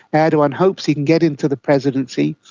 erdogan hopes he can get into the presidency,